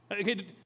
Okay